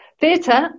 Theatre